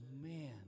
man